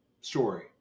story